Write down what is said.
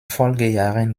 folgejahren